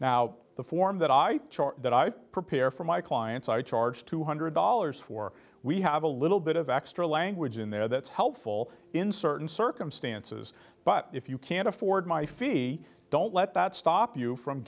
now the form that i charge that i prepare for my clients i charge two hundred dollars for we have a little bit of extra language in there that's helpful in certain circumstances but if you can't afford my fee don't let that stop you from